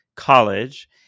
college